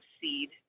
seed